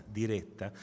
diretta